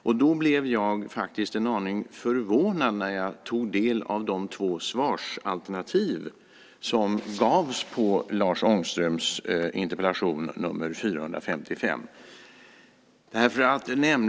Därför blev jag en aning förvånad när jag tog del av de två svarsalternativ som gavs på Lars Ångströms interpellation nr 455.